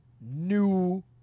new